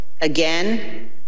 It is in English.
again